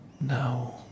No